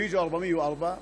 ביג'ו ארבעמיה וארבע,